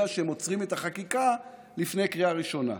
שהם עוצרים את החקיקה לפני קריאה ראשונה,